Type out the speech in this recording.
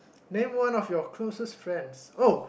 name one of your closest friends oh